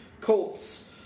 Colts